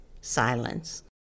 silence